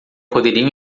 poderiam